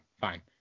fine